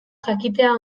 jakitea